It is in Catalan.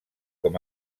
com